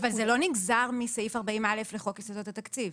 זה לא נגזר מסעיף 40(א) לחוק יסודות התקציב,